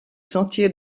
sentiers